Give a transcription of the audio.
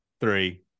three